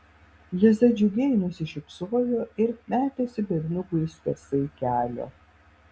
liza džiugiai nusišypsojo ir metėsi berniukui skersai kelio